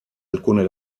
alcune